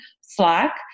Slack